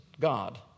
God